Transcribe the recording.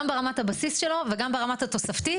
גם ברמת הבסיס וגם ברמת התוספתי.